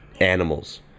animals